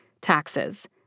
taxes